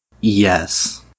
Yes